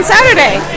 Saturday